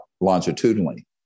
longitudinally